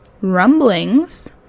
rumblings